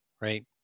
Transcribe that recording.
right